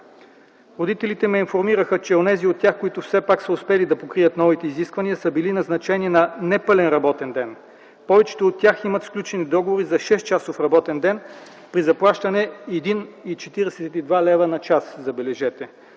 Родителите ме информираха, че онези от тях, които все пак са успели да покрият новите изисквания, са били назначени на непълен работен ден. Повечето от тях имат сключени договори за 6-часов работен ден и при заплащане 1,42 лв. на час, забележете!